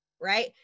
right